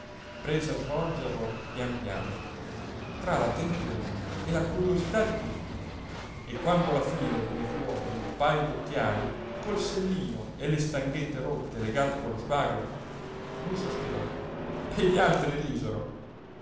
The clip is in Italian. prese a svolgerlo pian piano tra l'attenzione e la curiosità di tutti e quando alla fine venne fuori un pajo d'occhiali col sellino e le stanghette rotte e legate con lo spago lui sospirò e gli altri risero